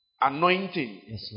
anointing